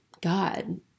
God